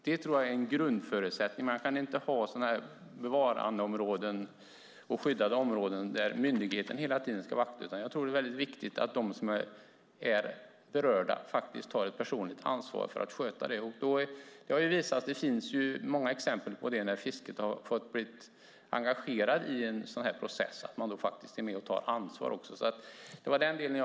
Det tror jag är en grundförutsättning, för man kan inte ha bevarandeområden och skyddade områden där myndigheten hela tiden ska vakta, utan det är viktigt att de som är berörda tar ett personligt ansvar för att sköta det. Det finns många exempel på hur man, när fisket fått bli engagerad i en sådan här process, är med och tar ansvar.